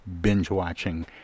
binge-watching